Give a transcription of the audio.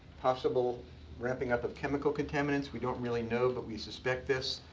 possible ramping up of chemical contaminants. we don't really know, but we suspect this.